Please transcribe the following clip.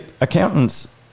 Accountants